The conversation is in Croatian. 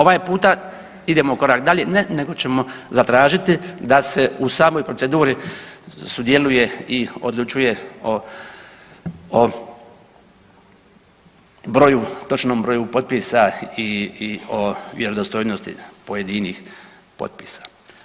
Ovaj puta idemo korak dalje, ne nego ćemo zatražiti da se u samoj proceduri sudjeluje i odlučuje o broju, točnom broju potpisa i vjerodostojnosti pojedinih potpisa.